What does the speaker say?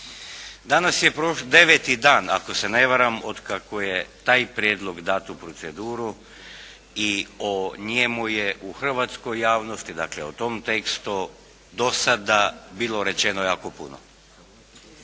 Danas je deveti dan ako se ne varam otkako je taj prijedlog dat u proceduru i o njemu je u hrvatskoj javnosti, dakle o tom tekstu do sada bilo rečeno jako puno.